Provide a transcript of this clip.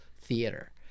theater